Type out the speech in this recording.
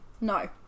No